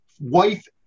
wife